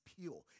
pure